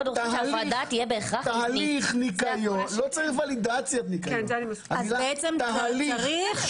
לא צריך ולידציית ניקיון אלא תהליך.